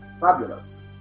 fabulous